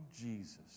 Jesus